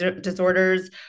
disorders